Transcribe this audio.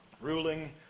ruling